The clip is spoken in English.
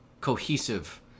cohesive